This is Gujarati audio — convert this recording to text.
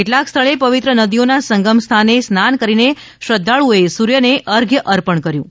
કેટલાંક સ્થળે પવિત્ર નદીઓના સંગમ સ્થાને સ્નાન કરીને શ્રધ્ધાળુઓએ સૂર્યને અરધ્ય અર્પણ કર્યું હતું